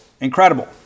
incredible